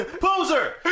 Poser